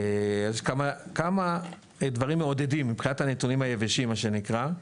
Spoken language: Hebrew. יש כמה דברים מעודדים מבחינת הנתונים היבשים מה שנקרא,